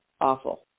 awful